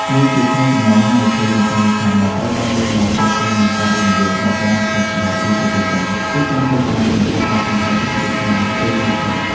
មួយទៀតក្នុងចំណោមហានិភ័យសំខាន់ៗដែលត្រូវបានលើកឡើងទាក់ទងនឹងការវិនិយោគដ៏ច្រើនសន្ធឹកសន្ធាប់ពីប្រទេសចិន គឺការភ័យខ្លាចចំពោះការពឹងផ្អែកសេដ្ឋកិច្ចខ្លាំងពេកលើចិន។